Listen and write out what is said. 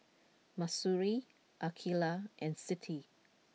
Mahsuri Aqilah and Siti